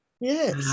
Yes